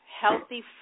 healthy